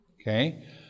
Okay